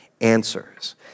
answers